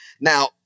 Now